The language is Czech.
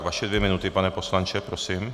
Vaše dvě minuty, pane poslanče, prosím.